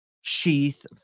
sheath